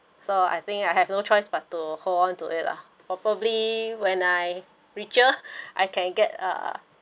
so I think I have no choice but to hold on to it lah but probably when I richer I can get a